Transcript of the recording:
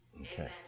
Okay